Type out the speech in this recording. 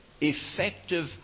Effective